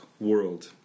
world